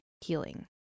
healing